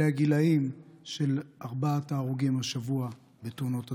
אלה הגילים של ארבעת ההרוגים השבוע בתאונות הדרכים.